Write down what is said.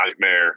nightmare